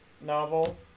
novel